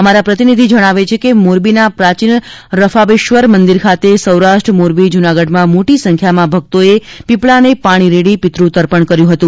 અમારા મોરબીના પ્રતિનિધિ જણાવે છે કે મોરબીના પ્રાચીન રફાબેશ્વર મંદિર ખાતે સૌરાષ્ટ્ર મોરબી જૂનાગઢમાં મોટી સંખ્યામાં ભક્તોએ પીપળાને પાણી રેડી પિત્ર તર્પણ કર્યું હતું